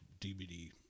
DVD